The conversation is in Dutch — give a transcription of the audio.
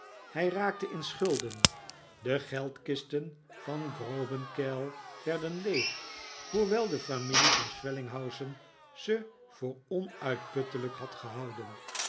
hij raakte in schulden de geldkisten van grobenkeil werden leeg hoewel de familie von schwellinghausen ze voor onuitputtelijk had gehouden